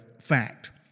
fact